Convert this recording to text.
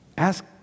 Ask